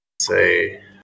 say